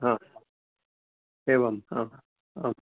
हा एवं हा आं